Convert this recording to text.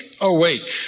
awake